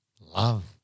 love